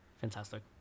fantastic